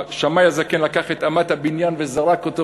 שמאי הזקן לקח את אמת הבניין וזרק אותו,